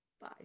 Bye